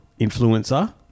influencer